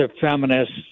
feminists